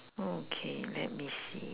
okay let me see